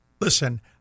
listen